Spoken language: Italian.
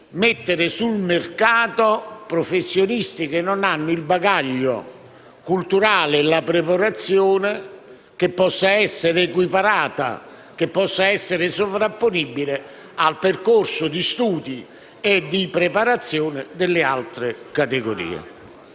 mettere sul mercato professionisti che non hanno un bagaglio culturale e una preparazione tali da poter essere sovrapponibili al percorso di studi e di preparazione delle altre categorie.